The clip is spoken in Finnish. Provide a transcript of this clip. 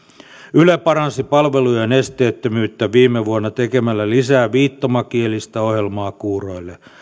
yle paransi palvelujen esteettömyyttä viime vuonna tekemällä lisää viittomakielistä ohjelmaa kuuroille